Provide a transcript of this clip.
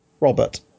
Robert